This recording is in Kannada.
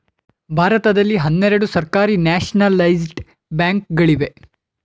ಭಾರತದಲ್ಲಿ ಹನ್ನೆರಡು ಸರ್ಕಾರಿ ನ್ಯಾಷನಲೈಜಡ ಬ್ಯಾಂಕ್ ಗಳಿವೆ